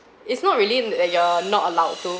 it's not really uh you're not allowed to